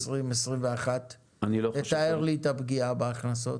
2020, 2021. תתאר לי את הפגיעה בהכנסות.